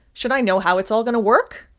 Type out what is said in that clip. should i know how it's all going to work?